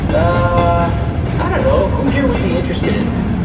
i i don't know. who here would be interested in that?